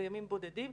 בימים בודדים,